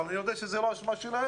אבל אני יודע שזאת לא האשמה שלהם.